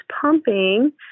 pumping